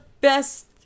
best